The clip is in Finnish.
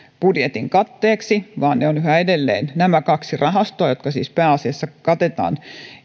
budjetin katteeksi vaan ne ovat yhä edelleen nämä kaksi rahastoa jotka siis katetaan